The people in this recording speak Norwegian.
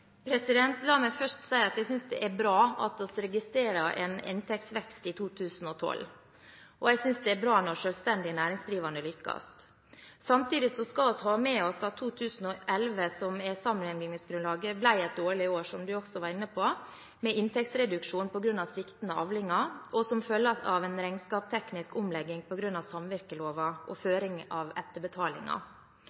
hvordan?» La meg først si at jeg synes det er bra at vi registrerer en inntektsvekst i 2012. Jeg synes det er bra når selvstendig næringsdrivende lykkes. Samtidig skal vi ha med oss at 2011, som er sammenligningsgrunnlaget, ble et dårlig år, som representanten også var inne på, med inntektsreduksjon på grunn av sviktende avlinger, og som følge av en regnskapsteknisk omlegging på grunn av samvirkeloven og